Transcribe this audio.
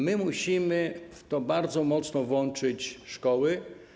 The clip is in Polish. Musimy w to bardzo mocno włączyć szkoły.